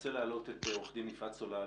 ננסה להעלות את עורכת הדין יפעת סולל